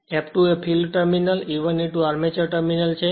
F2 એ field terminal A1 A2 armature terminal છે